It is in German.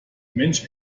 mensch